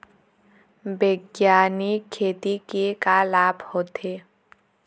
बैग्यानिक खेती के का लाभ होथे?